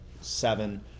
seven